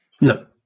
No